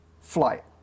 flight